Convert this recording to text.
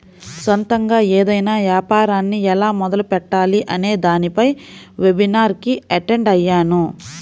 సొంతగా ఏదైనా యాపారాన్ని ఎలా మొదలుపెట్టాలి అనే దానిపై వెబినార్ కి అటెండ్ అయ్యాను